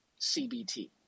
CBT